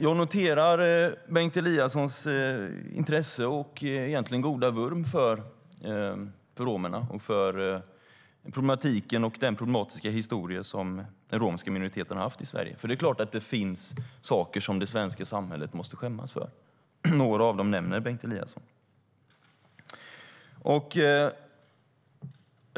Jag noterar Bengt Eliassons intresse och goda vurm för romerna och för problematiken och den problematiska historia som den romska minoriteten i Sverige har. Det är klart att det finns saker som det svenska samhället måste skämmas för. Några av dem nämner Bengt Eliasson.